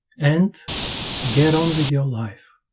and get on with your life